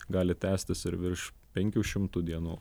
gali tęstis ir virš penkių šimtų dienų